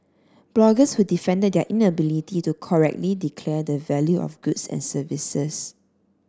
bloggers who defended their inability to correctly declare the value of goods and services